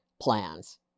plans